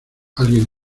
alguien